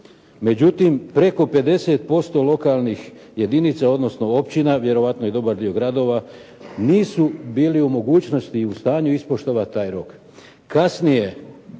Međutim, preko 50% lokalnih jedinica, odnosno općina, vjerojatno i dobar dio gradova, nisu bili u mogućnosti i u stanju ispoštovati taj rok.